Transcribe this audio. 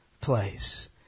place